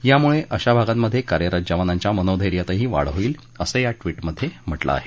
यामुळे अशा भागांमध्ये कार्यरत जवानांच्या मनोधैर्यातही वाढ होईल असं या ट्विटमध्ये म्हटलं आहे